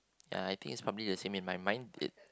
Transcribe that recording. ya I think it's probably the same in my mind